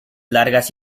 largas